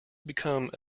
become